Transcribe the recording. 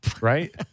right